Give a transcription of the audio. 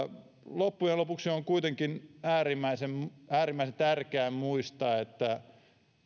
loppujen lopuksi on kuitenkin äärimmäisen äärimmäisen tärkeää muistaa että